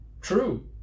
True